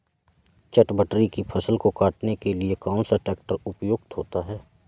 चटवटरी की फसल को काटने के लिए कौन सा ट्रैक्टर उपयुक्त होता है?